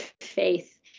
faith